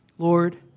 Lord